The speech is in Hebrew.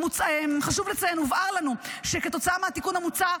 חשוב לציין שהובהר לנו כשתוצאה מהתיקון המוצע,